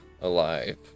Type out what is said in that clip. alive